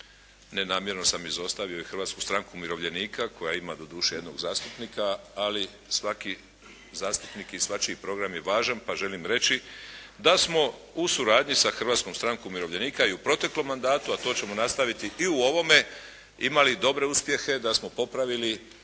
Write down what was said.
nenamjerno sam izostavio i Hrvatsku stranku umirovljenika koja ima doduše jednog zastupnika ali svaki zastupnik i svačiji program je važan, pa želim reći da smo u suradnji sa Hrvatskom strankom umirovljenika i u proteklom mandatu a to ćemo nastaviti i u ovome imali dobre uspjehe, da smo popravili